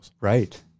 Right